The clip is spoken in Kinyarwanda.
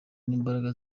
n’imbaraga